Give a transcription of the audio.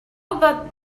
about